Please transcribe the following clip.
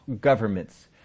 governments